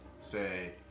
say